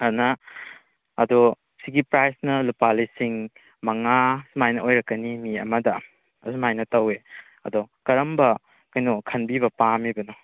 ꯑꯗꯨꯅ ꯑꯗꯣ ꯁꯤꯒꯤ ꯄ꯭ꯔꯥꯖꯅ ꯂꯨꯄꯥ ꯂꯤꯁꯤꯡ ꯃꯉꯥ ꯁꯨꯃꯥꯏꯅ ꯑꯣꯏꯔꯛꯀꯅꯤ ꯃꯤ ꯑꯃꯗ ꯑꯗꯨꯃꯥꯏꯅ ꯇꯧꯋꯦ ꯑꯗꯣ ꯀꯔꯝꯕ ꯀꯩꯅꯣ ꯈꯟꯕꯤꯕ ꯄꯥꯝꯃꯤꯕꯅꯣ